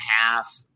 half